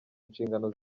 nshingano